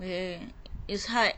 o~ it's hard